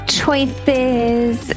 choices